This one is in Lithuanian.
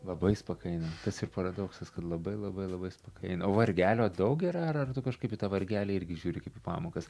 labai spakaina tas ir paradoksas kad labai labai labai spakaina o vargelio daug yra ar ar tu kažkaip į tą vargelį irgi žiūri kaip į pamokas